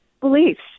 beliefs